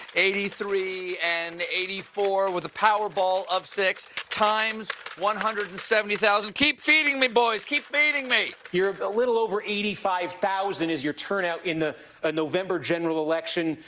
eighty three, and eighty four, with a powerball of six, times one hundred and seventy thousand. keep feeding me, boys! keep feeding me! you're a little over eighty five thousand is your turnout in the ah november general election.